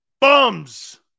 Bums